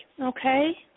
okay